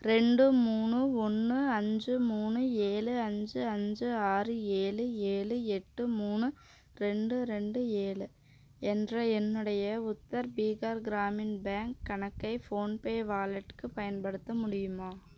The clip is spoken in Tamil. ரெண்டு மூணு ஒன்று அஞ்சு மூணு ஏழு அஞ்சு அஞ்சு ஆறு ஏழு ஏழு எட்டு மூணு ரெண்டு ரெண்டு ஏழு என்ற என்னுடைய உத்தர் பீகார் கிராமின் பேங்க் கணக்கை ஃபோன்பே வாலெட்டுக்கு பயன்படுத்த முடியுமா